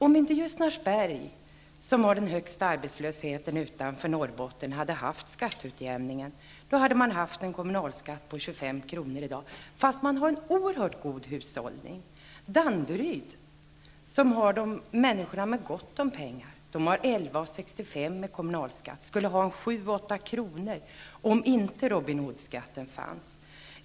Om inte Ljusnarsberg, som har den högsta arbetslösheten utanför Norrbotten, hade haft skatteutjämning, hade man där i dag haft en kommunalskatt på 25 kr., fastän man har en oerhört god hushållning. Danderyd, där det bor människor som har gott om pengar, har 11:65 kr. i kommunalskatt. Danderydsborna skulle ha 7--8 kr.